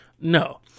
no